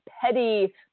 petty